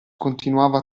continuava